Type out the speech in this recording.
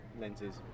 lenses